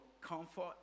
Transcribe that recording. comfort